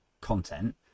content